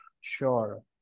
sure